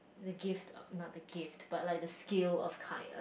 the gift um not the gift but like the skill of kindness